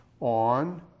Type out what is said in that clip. on